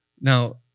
Now